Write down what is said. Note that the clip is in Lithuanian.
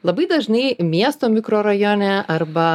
labai dažnai miesto mikrorajone arba